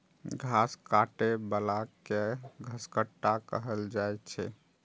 घास काटै बला कें घसकट्टा कहल जाइ छै